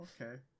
Okay